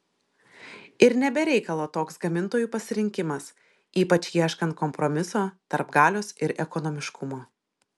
ir ne be reikalo toks gamintojų pasirinkimas ypač ieškant kompromiso tarp galios ir ekonomiškumo